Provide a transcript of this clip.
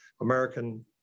American